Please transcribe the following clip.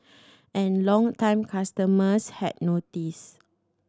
and longtime customers had noticed